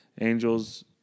Angels